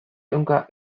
ehunka